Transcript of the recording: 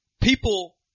people